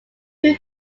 two